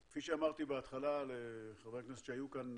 כפי שאמרתי בהתחלה לחברי הכנסת שהיו כאן,